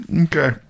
Okay